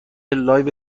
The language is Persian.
لایو